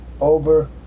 over